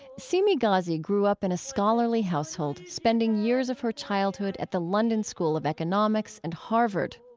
seemi ghazi grew up in a scholarly household, spending years of her childhood at the london school of economics and harvard.